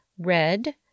red